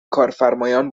کارفرمایان